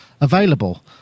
available